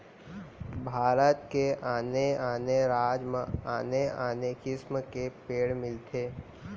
भारत के आने आने राज म आने आने किसम के पेड़ मिलथे